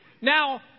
Now